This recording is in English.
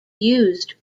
used